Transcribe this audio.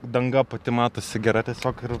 danga pati matosi gera tiesiog ir